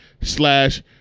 slash